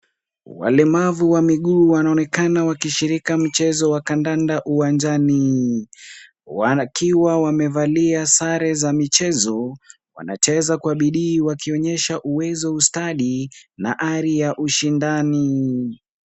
Walemavu wa miguu wanaonekana wakishiriki mchezo wa kandanda uwanjani, wakiwa wamevalia sare za michezo. Wanacheza kwa bidii wakionyesha uwezo, ustadi na hali ya ushindani.